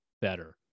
better